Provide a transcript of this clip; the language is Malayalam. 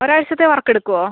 ഒരാഴ്ചത്തെ വർക്ക് എടുക്കുമോ